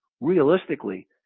realistically